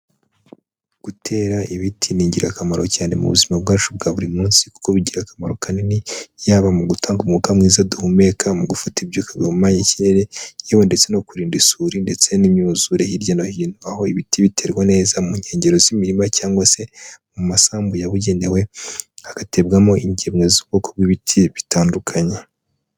Gutera ibiti ni ingirakamaro cyane mu buzima bwacu bwa buri munsi, kuko bigira akamaro kanini: yaba mu gutanga umwuka mwiza duhumeka, mu gufata ibyuka bihumanya ikirere yewe ndetse no kurinda isuri ndetse n'imyuzure hirya no hino; aho ibiti biterwa neza mu nkengero z'imirima cyangwa se mu masambu yabugenewe, hagaterwamo ingemwe z'ubwoko bw'ibiti bitandukanye.